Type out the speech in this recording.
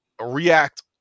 react